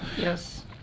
yes